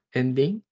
ending